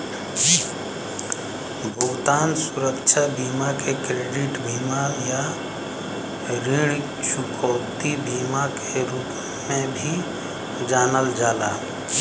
भुगतान सुरक्षा बीमा के क्रेडिट बीमा या ऋण चुकौती बीमा के रूप में भी जानल जाला